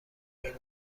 این